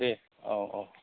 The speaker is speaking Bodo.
दे औ औ